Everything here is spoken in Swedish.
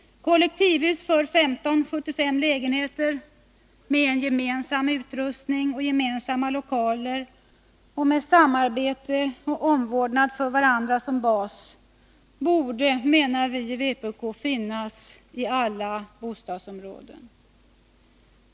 Kollektivhus för 15-75 lägenheter, med gemensam utrustning och gemensamma lokaler och med samarbete och omvårdnad för varandra som bas, menar vi i vpk att det borde finnas i alla bostadsområden.